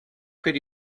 could